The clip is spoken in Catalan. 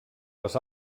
les